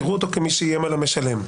יראו אותו כמי שאיים על המשלם.